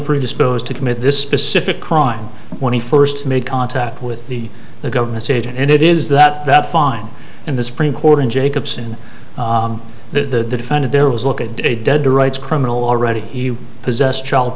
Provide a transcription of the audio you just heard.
predisposed to commit this specific crime when he first made contact with the the government's agent and it is that that fine and the supreme court in jacobson the the defended look at de dead to rights criminal already he possessed child